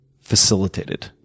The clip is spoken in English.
facilitated